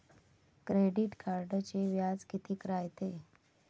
Credit कार्डचं व्याज कितीक रायते?